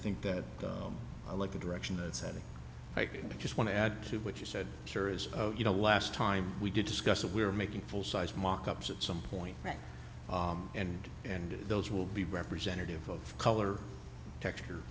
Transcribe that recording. think that i like the direction that setting i kinda just want to add to what you said here is you know last time we did discuss it we were making full sized mock ups at some point and and those will be representative of color texture